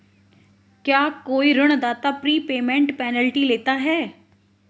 क्या कोई ऋणदाता प्रीपेमेंट पेनल्टी लेता है?